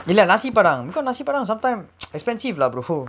you like nasi padang because nasi padang sometime expensive lah